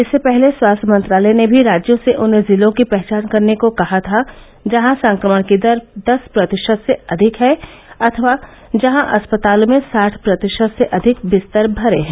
इससे पहले स्वास्थ्य मंत्रालय ने भी राज्यों से उन जिलों की पहचान करने को कहा था जहां संक्रमण की दर दस प्रतिशत से अधिक है अथवा जहां अस्पतालों में साढ प्रतिशत से अधिक बिस्तर भरे हैं